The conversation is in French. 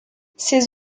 ces